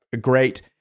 great